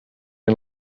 and